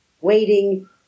waiting